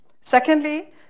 Secondly